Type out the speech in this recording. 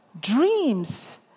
dreams